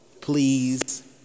Please